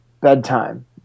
bedtime